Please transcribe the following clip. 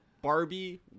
barbie